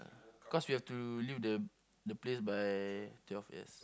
cause we have to leave the the place by twelve yes